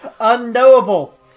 Unknowable